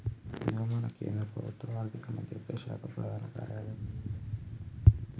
ఇగో మన కేంద్ర ప్రభుత్వ ఆర్థిక మంత్రిత్వ శాఖ ప్రధాన కార్యాలయం ఢిల్లీలో ఉందట